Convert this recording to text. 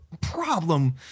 problem